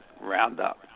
Roundup